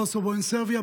Kosovo and Serbia,